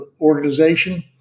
organization